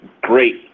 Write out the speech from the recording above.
great